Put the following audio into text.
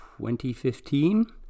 2015